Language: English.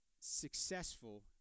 successful